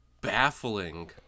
baffling